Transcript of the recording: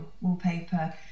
wallpaper